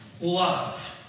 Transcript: love